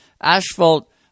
asphalt